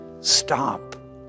Stop